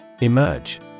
Emerge